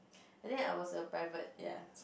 and then I was a private ya